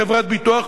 חברת ביטוח,